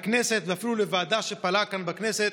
לכנסת ואפילו לוועדה שפעלה כאן בכנסת